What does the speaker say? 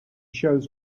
shows